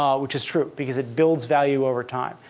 um which is true. because it builds value over time.